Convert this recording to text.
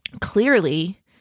Clearly